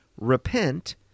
repent